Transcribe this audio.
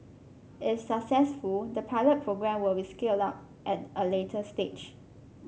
if successful the pilot programme will be scaled up at a later stage